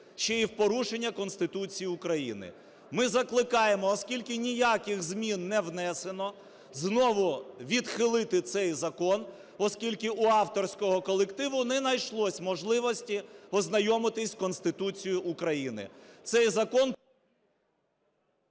ще й в порушення Конституції України? Ми закликаємо, оскільки ніяких змін не внесено, знову відхилити цей закон, оскільки у авторського колективу не знайшлося можливості ознайомитися з Конституцією України.